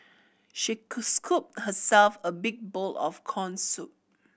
she scooped herself a big bowl of corn soup